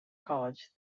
college